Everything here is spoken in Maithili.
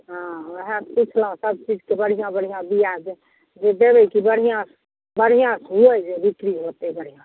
हँ ओहए पुछलहुँ सबचीजके बढ़िआँ बढ़िआँ बिआ देबै जे देबै कि बढ़िआँ बढ़िआँसँ हुवै जे बिक्री होयतै बढ़िआँसँ